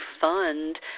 fund